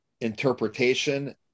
interpretation